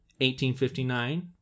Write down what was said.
1859